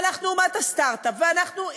ואנחנו אומת הסטארט-אפ ואנחנו,